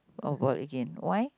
oh bored again why